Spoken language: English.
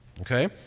okay